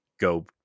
go